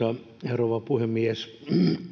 rouva puhemies